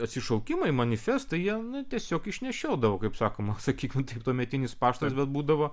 atsišaukimai manifestai jie nu tiesiog išnešiodavo kaip sakoma sakykim taip tuometinis paštas bet būdavo